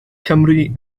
cymry